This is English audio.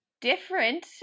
different